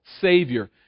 Savior